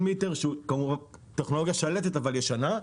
מיטר שהיא הטכנולוגיה השלטת אבל כאמור ישנה.